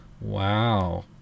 Wow